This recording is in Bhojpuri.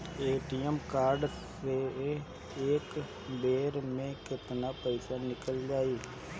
ए.टी.एम कार्ड से एक बेर मे केतना पईसा निकल जाई?